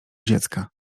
dziecka